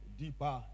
deeper